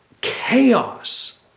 chaos